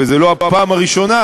וזאת לא הפעם הראשונה,